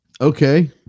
okay